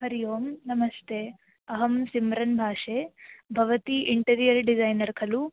हरि ओं नमस्ते अहं सिम्रन् भाषे भवती इन्टेरियर् डिसैनर् खलु